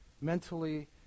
mentally